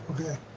Okay